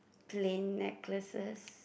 plain necklaces